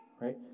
right